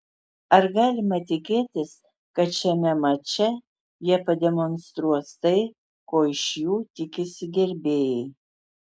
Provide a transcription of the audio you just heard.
ar galima tikėtis kad šiame mače jie pademonstruos tai ko iš jų tikisi gerbėjai